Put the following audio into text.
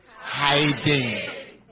hiding